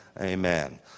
Amen